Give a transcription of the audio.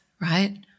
right